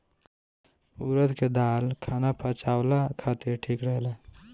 उड़द के दाल खाना पचावला खातिर ठीक रहेला